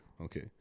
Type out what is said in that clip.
Okay